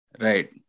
Right